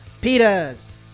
pitas